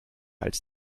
als